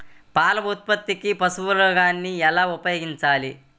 పాల ఉత్పత్తికి పశుగ్రాసాన్ని ఎలా ఉపయోగించాలి?